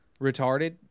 retarded